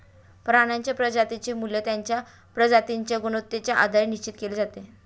प्राण्यांच्या प्रजातींचे मूल्य त्यांच्या प्रजातींच्या गुणवत्तेच्या आधारे निश्चित केले जाते